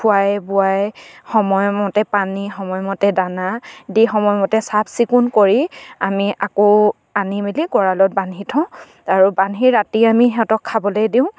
খোৱাই বোৱাই সময়মতে পানী সময়মতে দানা দি সময়মতে চাফ চিকুণ কৰি আমি আকৌ আনি মেলি গঁড়ালত বান্ধি থওঁ আৰু বান্ধি ৰাতি আমি সিহঁতক খাবলে দিওঁ